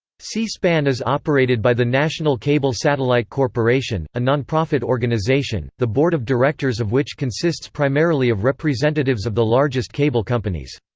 c-span is operated by the national cable satellite corporation a nonprofit organization, the board of directors of which consists primarily of representatives of the largest cable companies.